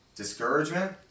discouragement